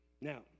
Now